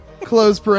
Close